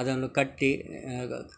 ಅದನ್ನು ಕಟ್ಟಿ